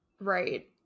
Right